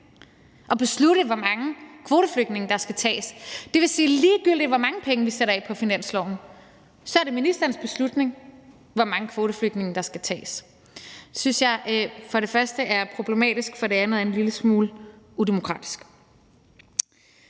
beslutning, hvor mange kvoteflygtninge der skal tages. Det vil sige, at ligegyldigt hvor mange penge vi sætter af på finansloven, er det ministerens beslutning, hvor mange kvoteflygtninge der skal tages. Det synes jeg for det første er problematisk og for det andet er en lille smule udemokratisk.